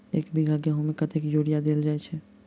एक बीघा गेंहूँ मे कतेक यूरिया देल जाय छै?